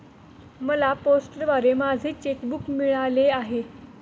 मला पोस्टाद्वारे माझे चेक बूक मिळाले आहे